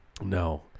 No